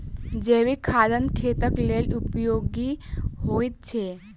जैविक खाद खेतक लेल उपयोगी होइत छै